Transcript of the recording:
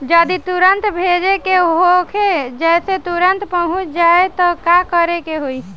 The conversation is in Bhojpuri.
जदि तुरन्त भेजे के होखे जैसे तुरंत पहुँच जाए त का करे के होई?